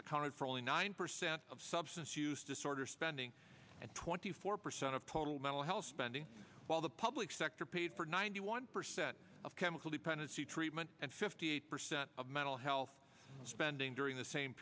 accounted for only nine percent of substance use disorder spending and twenty four percent of total mental health spending while the public sector paid for ninety one percent of chemical dependency treatment and fifty eight percent of mental health spending during the same